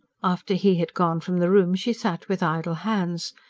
after he had gone from the room she sat with idle hands.